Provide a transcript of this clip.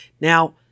Now